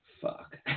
Fuck